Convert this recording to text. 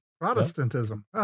Protestantism